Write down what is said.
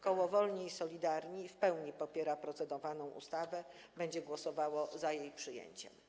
Koło Wolni i Solidarni w pełni popiera procedowaną ustawę i będzie głosowało za jej przyjęciem.